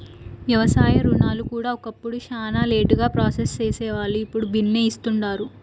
వ్యవసాయ రుణాలు కూడా ఒకప్పుడు శానా లేటుగా ప్రాసెస్ సేసేవాల్లు, ఇప్పుడు బిన్నే ఇస్తుండారు